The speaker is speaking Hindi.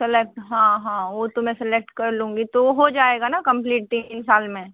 सलेक्ट हाॅं हाॅं वह तो मैं सेलेक्ट कर लूँगी तो हो जाएगा ना कंप्लीट तीन साल में